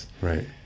right